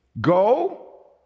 Go